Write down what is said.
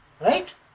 Right